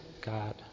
God